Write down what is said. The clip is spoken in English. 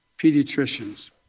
pediatricians